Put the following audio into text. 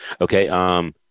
Okay